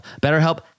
BetterHelp